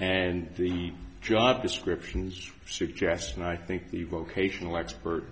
and the job descriptions suggestion i think the vocational expert